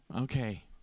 Okay